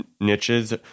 niches